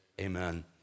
Amen